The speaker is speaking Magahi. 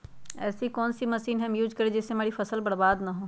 ऐसी कौन सी मशीन हम यूज करें जिससे हमारी फसल बर्बाद ना हो?